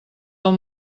del